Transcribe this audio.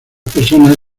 personas